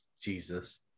Jesus